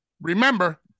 Remember